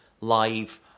live